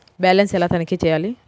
Balance ఎలా తనిఖీ చేయాలి?